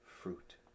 fruit